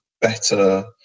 better